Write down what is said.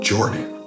Jordan